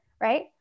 right